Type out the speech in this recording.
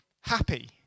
happy